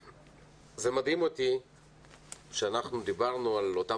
זה מדהים אותי שאנחנו דיברנו על אותם